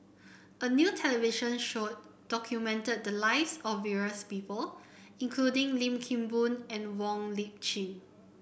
a new television show documented the lives of various people including Lim Kim Boon and Wong Lip Chin